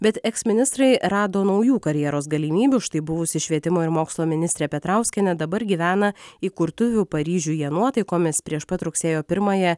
bet eksministrai rado naujų karjeros galimybių štai buvusi švietimo ir mokslo ministrė petrauskienė dabar gyvena įkurtuvių paryžiuje nuotaikomis prieš pat rugsėjo pirmąją